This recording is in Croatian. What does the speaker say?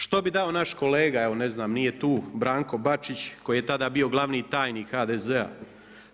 Što bi dao naš kolega evo ne znam nije tu, Branko Bačić koji je tada bio glavni tajnik HDZ-a?